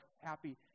happy